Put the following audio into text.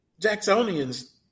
Jacksonians